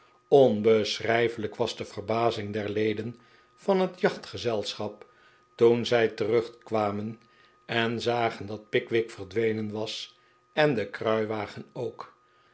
onbeschrijfelijk was de verbazing der leden van het jachtgezelschap toen zij terugkwamen en zagen dat pickwick verdwenen was en de kruiwagen ook